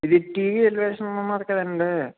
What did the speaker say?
ఇది TV elevation అన్నారు కదండి